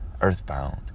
earthbound